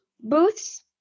booths